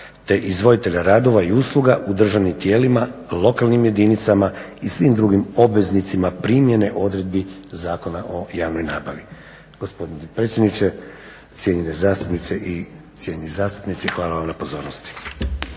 te izvoditelja radova i usluga u državnim tijelima, lokalnim jedinicama i svim drugim obveznicima primjene odredbi Zakona o javnoj nabavi. Gospodine predsjedniče, cijenjene zastupnice i cijenjeni zastupnici hvala vam na pozornosti.